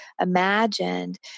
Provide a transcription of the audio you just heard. imagined